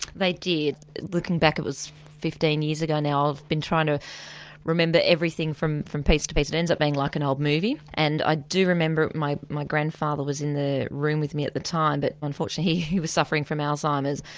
they did. looking back it was fifteen years ago now, i've been trying to remember everything from from piece to piece it ends up being like an old movie. and i do remember my my grandfather was in the room with me at the time, but unfortunately he was suffering from alzheimer's.